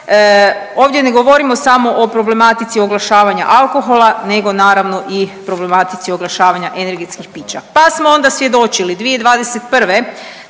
Ovdje ne govorimo samo o problematici oglašavanja alkohola, nego naravno i problematici oglašavanja energetskih pića. Pa smo onda svjedočili 2021.